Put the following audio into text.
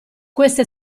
questa